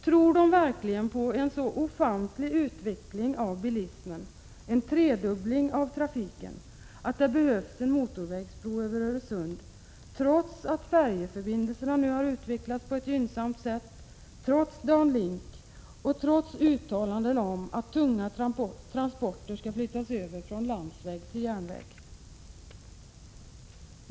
Tror de verkligen på en så ofantlig utveckling av bilismen — en tredubbling av trafiken — att det behövs en motorvägsbro över Öresund, trots att färjeförbindelserna nu har utvecklats på ett gynnsamt sätt, trots DanLink och trots uttalanden om att tunga transporter skall flyttas över från landsväg till järnväg?